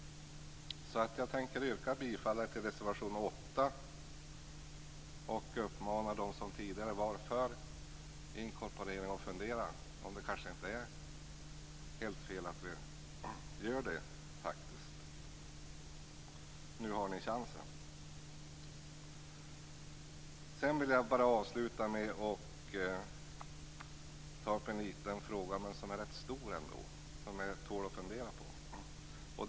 Jag tänker yrka bifall till reservation 8 och uppmanar dem som tidigare var för inkorporering att fundera på om det kanske inte är helt fel att vi gör det. Nu har ni chansen. Jag vill avsluta med att ta upp en liten fråga som ändå är rätt stor och som tål att fundera på.